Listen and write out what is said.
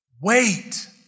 Wait